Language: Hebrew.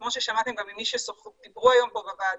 כמו ששמעתם גם ממי שדיברו היום פה בוועדה,